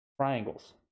triangles